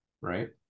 right